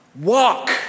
Walk